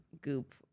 goop